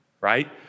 right